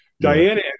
Diana